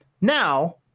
Now